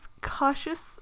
cautious